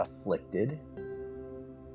afflicted